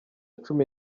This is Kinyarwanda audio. cumi